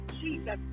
Jesus